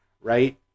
right